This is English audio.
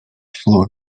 floor